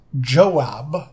Joab